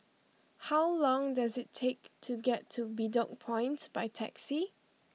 how long does it take to get to Bedok Point by taxi